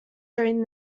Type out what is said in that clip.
during